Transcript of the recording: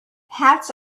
hats